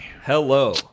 Hello